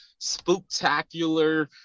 spooktacular